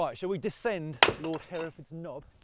yeah shall we descend lord hereford's knob?